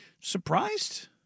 surprised